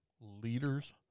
leaders